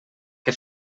que